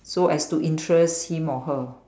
so as to interest him or her